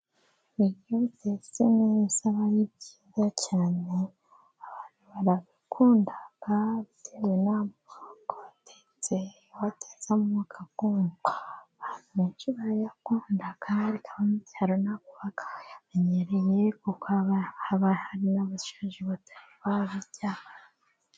Ibiryo bitetse neza aba ari byiza cyane, abantu barabikunda bitewe n'amoko watetse, iyo watetse amoko akundwa abantu benshi barayakunda, ariko abo mu cyaro ntabwo baba bayamenyereye, kuko haba hari benshi batari babiryaho.